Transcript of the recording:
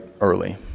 early